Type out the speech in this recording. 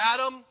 Adam